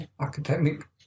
academic